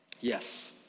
Yes